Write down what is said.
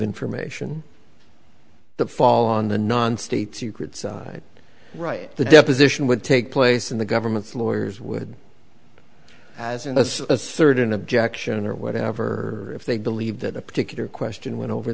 information the fall on the non state secret side right the deposition would take place in the government's lawyers would as it was a third in objection or whatever if they believe that a particular question went over